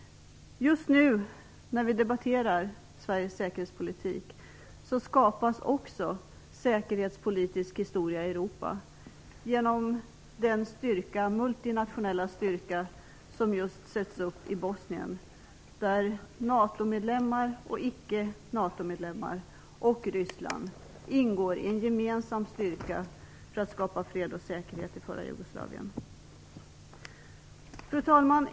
Just nu när vi debatterar Sveriges säkerhetspolitik skapas också säkerhetspolitisk historia i Europa genom den multinationella styrka som sätts upp i Bosnien. NATO-medlemmar, icke NATO-medlemmar och Ryssland ingår i en gemensam styrka för att skapa fred och säkerhet i f.d. Jugoslavien. Fru talman!